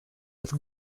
with